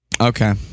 Okay